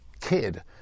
kid